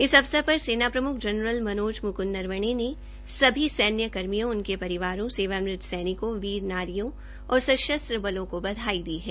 इस अवसर पर सेना प्रमुख जनरल मनोज मुक्द नरवणे ने सभी सैन्य कर्मियों उनके परिवारों सेवानिवृत सैनिकों वीर नारियों और सशस्त्र बलों को बधाई दी है